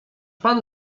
pan